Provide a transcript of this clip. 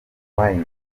wayne